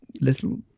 little